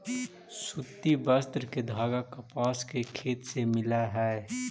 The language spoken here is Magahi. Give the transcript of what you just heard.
सूति वस्त्र के धागा कपास के खेत से मिलऽ हई